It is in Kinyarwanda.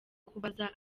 kubaza